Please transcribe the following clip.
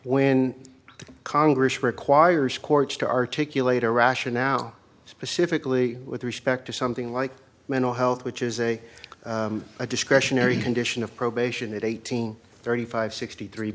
the congress requires courts to articulate a rationale specifically with respect to something like mental health which is a discretionary condition of probation that eighteen thirty five sixty three